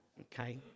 okay